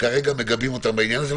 כרגע מגבים אותם בעניין הזה,